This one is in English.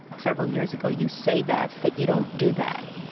several years ago, you say that, but you don't do that.